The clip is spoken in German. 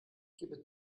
gebe